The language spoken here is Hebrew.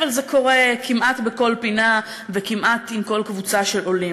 אבל זה קורה כמעט בכל פינה וכמעט עם כל קבוצה של עולים.